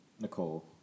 Nicole